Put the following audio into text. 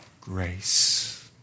grace